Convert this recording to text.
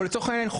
או לצורך העניין,